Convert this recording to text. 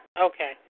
Okay